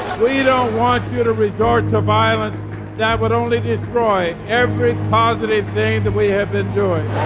we don't want you to resort to violence that would only destroy every positive thing that we have been doing.